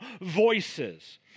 voices